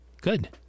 good